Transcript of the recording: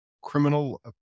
criminal